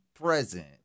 present